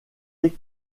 siège